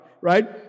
Right